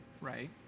right